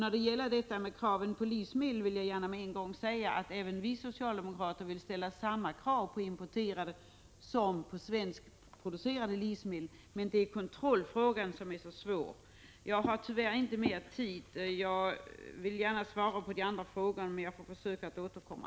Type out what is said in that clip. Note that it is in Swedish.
Beträffande krav på livsmedel vill jag gärna med en gång säga att även vi socialdemokrater vill ställa samma krav på importerade som på svenskproducerade livsmedel. Men det är kontrollfrågan som är så svår. Jag har tyvärr inte mer tid nu. Jag vill gärna svara på de andra frågorna, men jag får försöka återkomma.